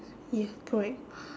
ya correct